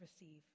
receive